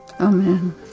Amen